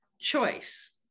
choice